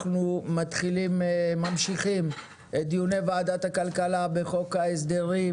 אנחנו ממשיכים את דיוני ועדת הכלכלה בחוק ההסדרים,